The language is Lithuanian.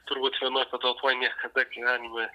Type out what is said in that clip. turbūt vienoj patalpoj niekada gyvenime